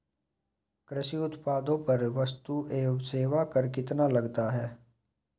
कृषि उत्पादों पर वस्तु एवं सेवा कर कितना लगता है?